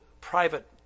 private